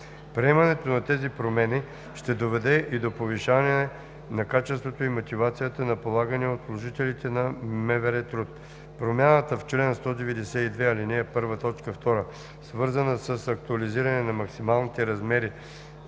Приемането на тези промени ще доведе и до повишаване на качеството и мотивацията на полагания от служителите на МВР труд. Промяната в чл. 192, ал. 1, т. 2 е свързана с актуализиране на максималните размери